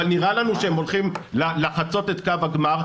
אבל נראה לנו שהם הולכים לחצות את קו הגמר,